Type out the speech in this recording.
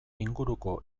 inguruko